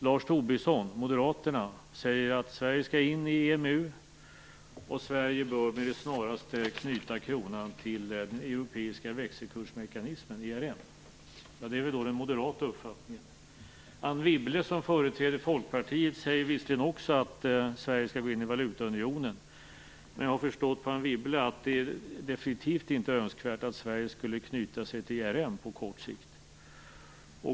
Lars Tobisson, Moderaterna, säger att Sverige skall in i EMU och att Sverige med det snaraste bör knyta kronan till den europeiska växelkursmekanismen, ERM. Ja, det är väl den moderata uppfattningen. Anne Wibble, som företräder Folkpartiet, säger visserligen också att Sverige skall gå in i valutaunionen. Men jag har förstått Anne Wibble så att det definitivt inte är önskvärt att Sverige knyter sig till ERM på kort sikt.